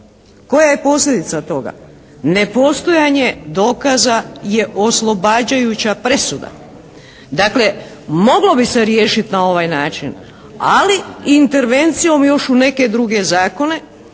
Koja je posljedica toga? Nepostojanje dokaza je oslobađajuća presuda. Dakle, moglo bi se riješiti na ovaj način ali intervencijom još u neke druge zakone